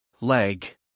Leg